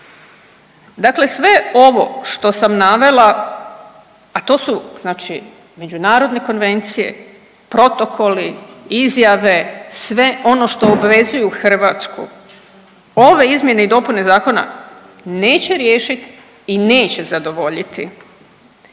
Dakle, sve ovo što sam navela, a to su znači međunarodne konvencije, protokoli, izjave, sve ono što obvezuju Hrvatsku. Ove izmjene i dopune zakona neće riješiti i neće zadovoljiti.